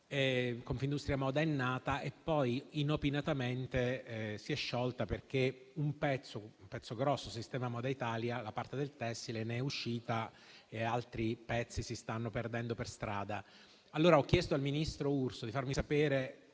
Confindustria moda è nata e poi inopinatamente si è sciolta, perché un pezzo grosso, Sistema moda Italia, la parte del tessile, ne è uscita e altri pezzi si stanno perdendo per strada. Ho chiesto al ministro Urso di farmi sapere